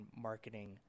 marketing